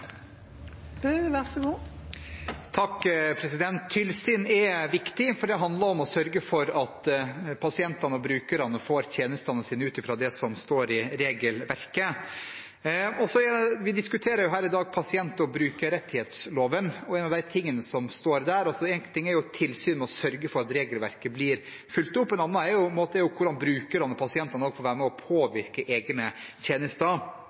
det handler om å sørge for at pasienter og brukere får tjenestene sine i henhold til det som står i regelverket. Vi diskuterer i dag pasient- og brukerrettighetsloven, og én ting er tilsyn og å sørge for at regelverket blir fulgt opp. Noe annet er hvordan brukerne eller pasientene får være med og påvirke egne tjenester.